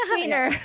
winner